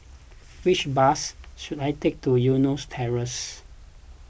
which bus should I take to Eunos Terrace